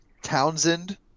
Townsend